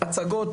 הצגות,